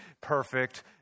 perfect